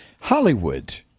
Hollywood